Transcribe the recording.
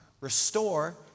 restore